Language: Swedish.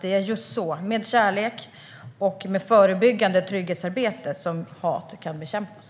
Det är just så, med kärlek och förebyggande trygghetsarbete, som hatet kan bekämpas.